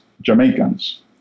Jamaicans